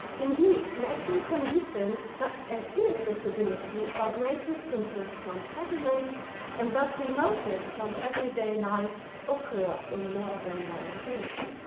indeed, natural conditions such as inaccessibility or great distances from settlements and thus remoteness from everyday life occur in more than one case.